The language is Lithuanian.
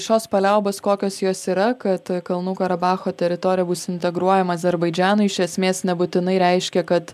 šios paliaubos kokios jos yra kad kalnų karabacho teritorija bus integruojama azerbaidžanui iš esmės nebūtinai reiškia kad